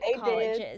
colleges